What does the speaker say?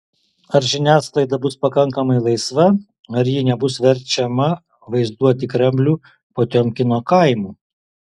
ar žiniasklaida bus pakankamai laisva ar ji nebus verčiama vaizduoti kremlių potiomkino kaimu